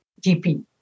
GP